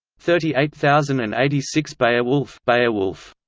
thirty eight thousand and eighty six beowulf beowulf